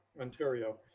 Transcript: Ontario